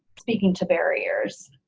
speaking to barriers.